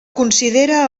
considera